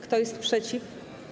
Kto jest przeciw?